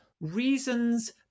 reasons